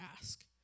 ask